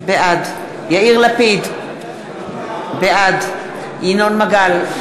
בעד יאיר לפיד, בעד ינון מגל,